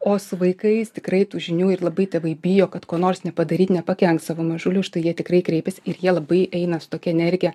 o su vaikais tikrai tų žinių ir labai tėvai bijo kad ko nors nepadaryt nepakenkt savo mažulių štai jie tikrai kreipėsi ir jie labai eina su tokia energija